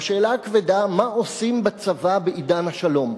בשאלה הכבדה מה עושים בצבא בעידן השלום.